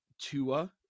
Tua